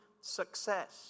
success